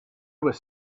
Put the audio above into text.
was